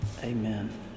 Amen